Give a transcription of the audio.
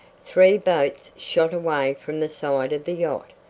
three boats shot away from the side of the yacht,